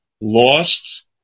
lost